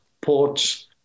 ports